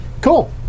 Cool